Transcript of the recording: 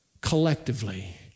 collectively